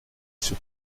sur